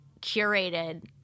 curated –